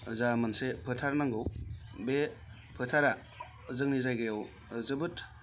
जा मोनसे फोथार नांगौ बे फोथारा जोंनि जायगायाव जोबोर